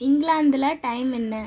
இங்கிலாந்தில் டைம் என்ன